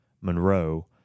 Monroe